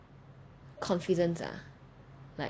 like